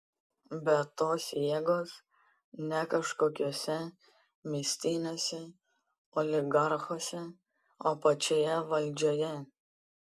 bet tos jėgos ne kažkokiuose mistiniuose oligarchuose o pačioje valdžioje